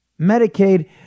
Medicaid